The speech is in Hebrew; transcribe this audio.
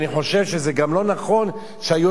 אני חושב שזה גם לא נכון שהיושב-ראש,